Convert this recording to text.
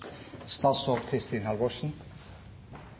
statsråd Kristin Halvorsen